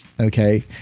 okay